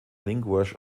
línguas